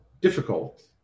difficult